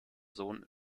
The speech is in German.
sohn